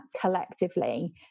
collectively